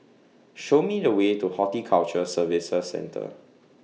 Show Me The Way to Horticulture Services Centre